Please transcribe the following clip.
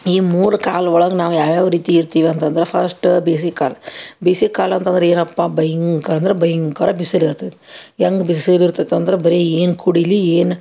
ಈ ಮೂರು ಕಾಲ ಒಳಗೆ ನಾವು ಯಾವ್ಯಾವ ರೀತಿ ಇರ್ತೀವಿ ಅಂತಂದ್ರೆ ಫಸ್ಟ ಬೇಸಿಗೆ ಕಾಲ ಬೇಸಿಗೆ ಕಾಲ ಅಂತಂದ್ರೆ ಏನಪ್ಪ ಭಯಂಕರ ಅಂದ್ರೆ ಭಯಂಕರ ಬಿಸಿಲು ಇರ್ತದೆ ಹೆಂಗ್ ಬಿಸಿಲು ಇರ್ತೈತೆ ಅಂದ್ರೆ ಬರಿ ಏನು ಕುಡಿಯಲಿ ಏನು